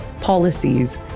policies